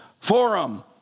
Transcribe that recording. Forum